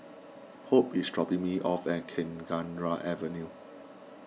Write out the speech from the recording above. hope is dropping me off at Kenanga Avenue